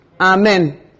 Amen